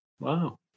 Wow